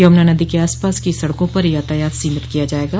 यमूना नदी के पास की सड़कों पर यातायात सीमित किया जायेगा